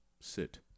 Sit